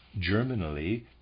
germinally